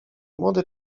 młody